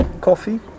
coffee